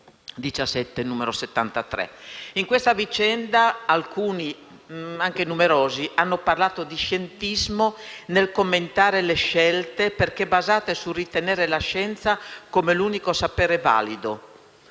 73 del 2017. In questa vicenda numerose persone hanno parlato di scientismo per commentare le scelte, perché basate sul ritenere la scienza come l'unico sapere valido.